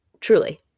truly